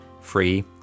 free